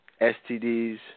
STDs